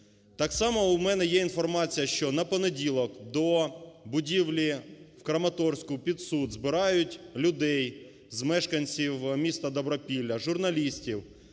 Так само у мене є інформація, що на понеділок до будівлі в Краматорську під суд збирають людей з мешканців містаДобропілля, журналістів